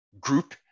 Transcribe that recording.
group